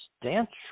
substantial